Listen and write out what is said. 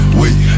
wait